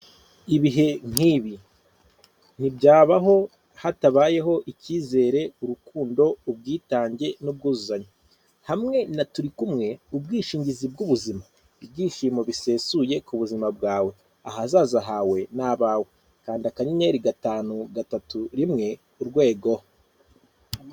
Ibihe nk'ibi ntibyabaho hatabayeho icyizere, urukundo, ubwitange n'ubwuzuzanye hamwe na turi kumwe ubwishingizi bw'ubuzima, ibyishimo bisesuye ku buzima bwawe, ahazaza hawe n'abawe kanda kanyenyeri gatanu, gatatu, rimwe, urwego.